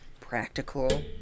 practical